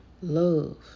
love